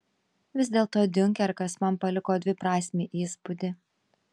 vis dėlto diunkerkas man paliko dviprasmį įspūdį